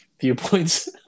viewpoints